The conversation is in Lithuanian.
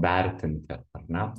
vertinti ar ne